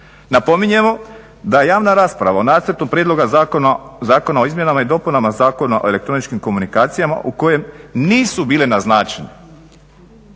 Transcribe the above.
Napominjemo da javna rasprava o nacrtu Prijedloga zakona o izmjenama i dopunama Zakona o elektroničkim komunikacijama u kojem nisu bile naznačene